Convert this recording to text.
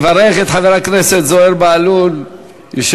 יברך את חבר הכנסת זוהיר בהלול יושב-ראש